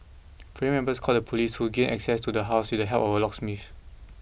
family members called the police who gained access to the house with the help of a locksmith